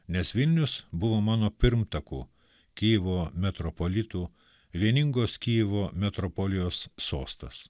nes vilnius buvo mano pirmtakų kijevo metropolitų vieningos kijevo metropolijos sostas